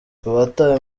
abatawe